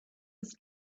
his